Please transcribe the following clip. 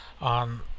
on